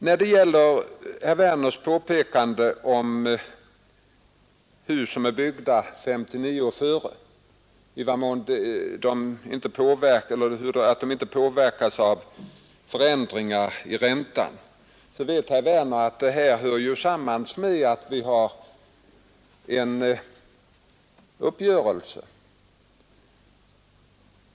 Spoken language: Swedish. När det gäller herr Werners påpekande om att hus byggda före 1959 inte påverkas av förändringar i räntan, så vet herr Werner att detta hör samman med att vi har en uppgörelse.